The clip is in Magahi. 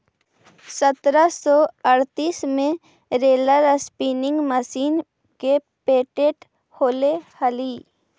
सत्रह सौ अड़तीस में रोलर स्पीनिंग मशीन के पेटेंट होले हलई